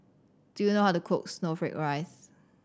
do you know how to cook snowflake ice